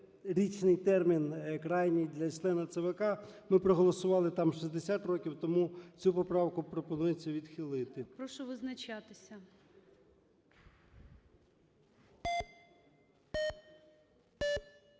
65-річний термін крайній для члена ЦВК. Ми проголосували там 60 років, тому цю поправку пропонується відхилити. ГОЛОВУЮЧИЙ. Прошу визначатися.